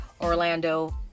Orlando